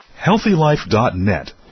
HealthyLife.net